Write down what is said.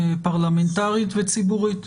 פרלמנטרית וציבורית,